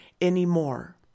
anymore